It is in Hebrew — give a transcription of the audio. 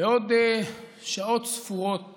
בעוד שעות ספורות